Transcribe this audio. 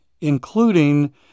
including